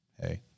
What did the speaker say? Hey